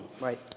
Right